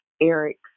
Eric